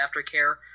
aftercare